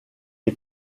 est